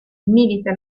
milita